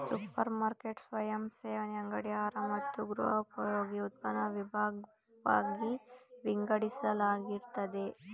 super market ಸ್ವಯಂಸೇವಾ ಅಂಗಡಿ ಆಹಾರ ಮತ್ತು ಗೃಹೋಪಯೋಗಿ ಉತ್ಪನ್ನನ ವಿಭಾಗ್ವಾಗಿ ವಿಂಗಡಿಸಲಾಗಿರ್ತದೆ